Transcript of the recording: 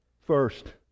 first